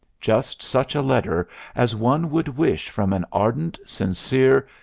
just such a letter as one would wish from an ardent, sincere,